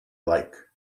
like